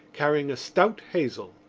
carrying a stout hazel.